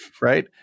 right